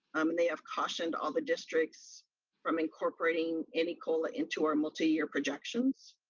um and they have cautioned all the districts from incorporating any cola into our multi-year projections.